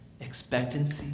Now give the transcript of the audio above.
expectancy